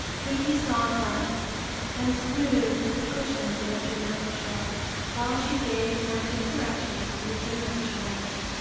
yuki san laughed and smoothed the cushions in the jinrikisha while she gave minute directions to the jinrikisha men.